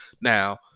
Now